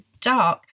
dark